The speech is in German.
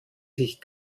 sich